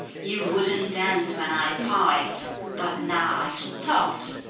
you wouldn't dance when i piped but now i've stopped,